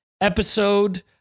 episode